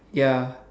ya